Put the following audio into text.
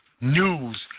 News